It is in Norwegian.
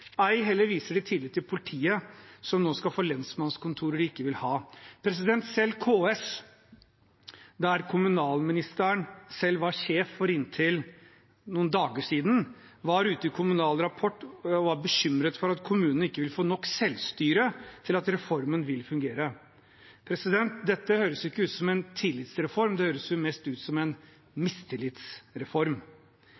Ei heller viser den tillit til politiet, som nå skal få lensmannskontorer de ikke vil ha. Selv KS, der kommunalministeren selv var sjef for inntil noen dager siden, var ute i Kommunal Rapport og var bekymret for at kommunene ikke vil få nok selvstyre til at reformen vil fungere. Dette høres ikke ut som en tillitsreform. Det høres mest ut som en